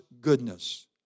goodness